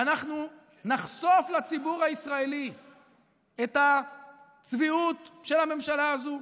ואנחנו נחשוף לציבור הישראלי את הצביעות של הממשלה הזו,